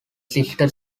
sister